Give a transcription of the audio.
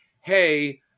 hey